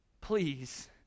Please